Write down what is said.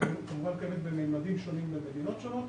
היא כמובן קיימת בממדים שונים בין מדינות שונות,